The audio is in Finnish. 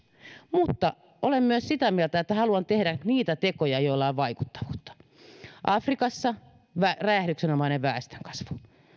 mutta olen myös sitä mieltä että haluan tehdä niitä tekoja joilla on vaikuttavuutta afrikassa on räjähdyksenomainen väestönkasvu